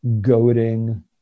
goading